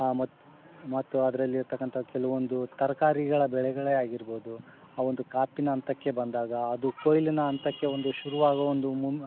ಮತ್ತು ಮತ್ತು ಅದ್ರಲಿರ್ತಕ್ಕಂಥ ಕೆಲವೊಂದು ತರಕಾರಿಗಳ ಬೆಳೆಗಳೆ ಆಗಿರ್ಬೌದು ಆ ಒಂದು ಕಾಪಿನ ಹಂತಕ್ಕೆ ಬಂದಾಗ ಅದು ಕೊಯ್ಲಿನ ಹಂತಕ್ಕೆ ಒಂದು ಶುರುವಾಗೊ ಒಂದು ಮುನ್ನ